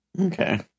Okay